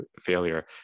failure